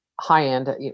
high-end